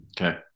Okay